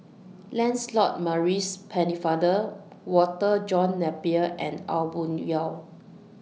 Lancelot Maurice Pennefather Walter John Napier and Aw Boon Haw